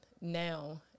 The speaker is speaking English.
now